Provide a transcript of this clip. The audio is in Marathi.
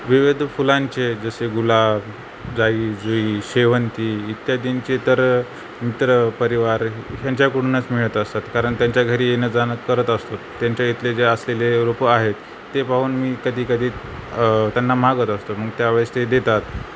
विविध फुलांचे जसे गुलाब जाई जुई शेवंती इत्यादींचे तर मित्र परिवार यांच्याकडूनच मिळत असतात कारण त्यांच्या घरी येणं जाणं करत असतो त्यांच्या इथले जे असलेले रोपं आहेत ते पाहून मी कधी कधी त्यांना मागत असतो मग त्यावेळेस ते देतात